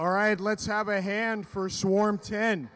all right let's have a hand first warm ten